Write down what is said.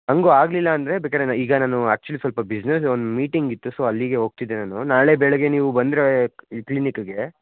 ಹಂಗು ಆಗ್ಲಿಲ್ಲ ಅಂದರೆ ಬೇಕಾದರೆ ಈಗ ನಾನು ಆ್ಯಕ್ಚುಲಿ ಸ್ವಲ್ಪ ಬಿಸ್ನೆಸ್ ಒಂದು ಮೀಟಿಂಗ್ ಇತ್ತು ಸೊ ಅಲ್ಲಿಗೆ ಹೋಗ್ತಿದ್ದೆ ನಾನು ನಾಳೆ ಬೆಳಗ್ಗೆ ನೀವು ಬಂದರೆ ಕ್ಲೀನಿಕ್ಕಿಗೆ